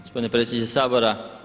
Gospodine predsjedniče Sabora.